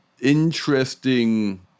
interesting